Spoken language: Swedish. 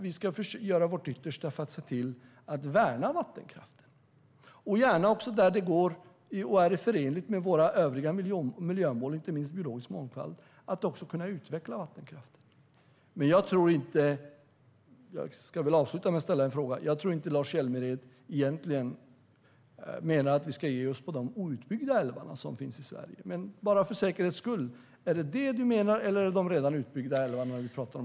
Vi ska göra vårt yttersta för att värna vattenkraften, och om det är förenligt med våra övriga miljömål, inte minst biologisk mångfald, ska vi också utveckla den. Men jag ska avsluta med att ställa en fråga. Jag tror inte att Lars Hjälmered egentligen menar att vi ska ge oss på de outbyggda älvar som finns i Sverige, men för säkerhets skull frågar jag: Är det detta du menar, eller är det de redan utbyggda älvarna vi talar om?